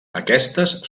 aquestes